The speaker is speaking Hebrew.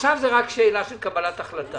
עכשיו זה רק שאלה של קבלת החלטה.